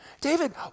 David